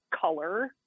color